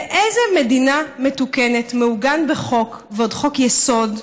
באיזו מדינה מתוקנת מעוגנת בחוק, ועוד חוק-יסוד,